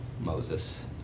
Moses